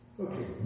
Okay